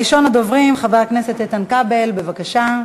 ראשון הדוברים, חבר הכנסת איתן כבל, בבקשה.